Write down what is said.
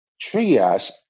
Trias